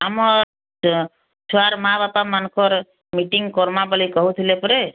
ଆମ ଛୁଆର ମା ବାପ ମାନଙ୍କର ମିଟିଂ କରମା ବୋଲେ କହୁଥିଲେ ପରେ